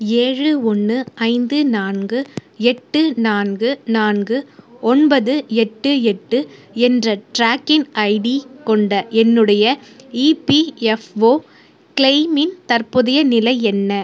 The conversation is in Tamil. ஏழு ஒன்று ஐந்து நான்கு எட்டு நான்கு நான்கு ஒன்பது எட்டு எட்டு என்ற ட்ராக்கிங் ஐடி கொண்ட என்னுடைய இபிஎஃப்ஓ கிளெய்மின் தற்போதைய நிலை என்ன